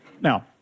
now